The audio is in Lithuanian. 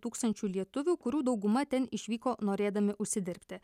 tūkstančių lietuvių kurių dauguma ten išvyko norėdami užsidirbti